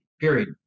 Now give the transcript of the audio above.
Period